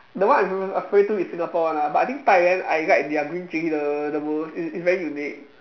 the one I'm I'm referring to is Singapore one ah but I think Thailand I like their green chili the the most it's it's very unique